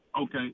Okay